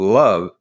love